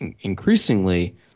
increasingly